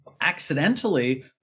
accidentally